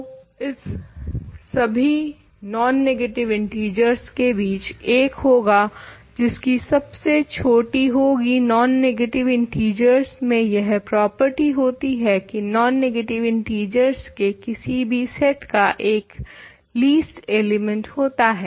तो इस सभी नॉन नेगटिव इन्टिजरस के बीच 1 होगा जिसकी सबसे छोटी होगी नॉन नेगेटिव इन्टिजरस में यह प्रॉपर्टी होती है की नॉन नेगटिव इन्टिजरस के किसी भी सेट का एक लीस्ट एलिमेंट होता है